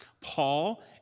Paul